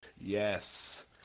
Yes